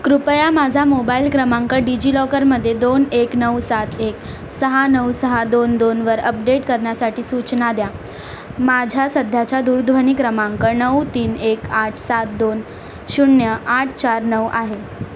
कृपया माझा मोबाईल क्रमांक डिजि लॉकरमध्ये दोन एक नऊ सात एक सहा नऊ सहा दोन दोनवर अपडेट करण्यासाठी सूचना द्या माझ्या सध्याच्या दूरध्वनी क्रमांक नऊ तीन एक आठ सात दोन शून्य आठ चार नऊ आहे